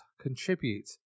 contribute